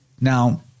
now